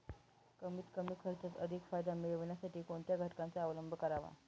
कमीत कमी खर्चात अधिक फायदा मिळविण्यासाठी कोणत्या घटकांचा अवलंब करावा?